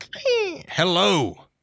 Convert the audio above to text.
Hello